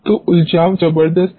तो उलझाव जबरदस्त हैं